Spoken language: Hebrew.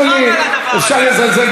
מה שייך התחקיר לזלזול